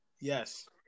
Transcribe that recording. Yes